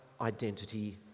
identity